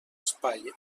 espai